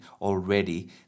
already